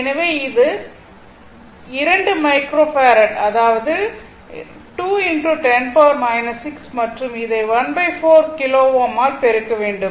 எனவே இது 2 மைக்ரோஃபரட் அதாவது 2 x 10 6 மற்றும் இதை 14 கிலோ Ω ஆல் பெருக்க வேண்டும்